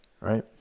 right